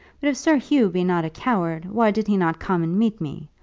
but if sir hugh be not a coward, why did he not come and meet me?